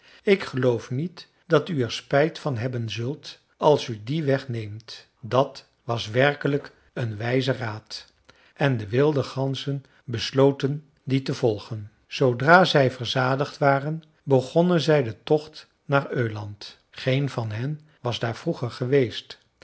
ik geloof niet dat u er spijt van hebben zult als u dien weg neemt dat was werkelijk een wijze raad en de wilde ganzen besloten dien te volgen zoodra zij verzadigd waren begonnen zij den tocht naar öland geen van hen was daar vroeger geweest